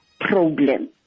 problem